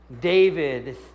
David